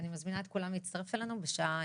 אני מזמינה את כולם להצטרף אלינו בשעה